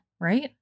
Right